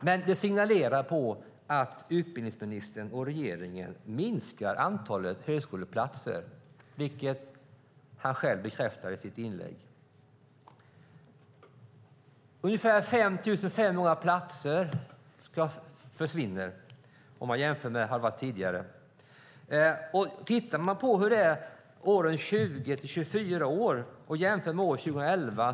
Men detta signalerar att utbildningsministern och regeringen minskar antalet högskoleplatser, vilket han själv bekräftar i sitt inlägg. Ungefär 5 500 platser försvinner, om man jämför med hur det varit tidigare. Man kan titta på hur det är när det gäller 20-24-åringar och jämföra med år 2011.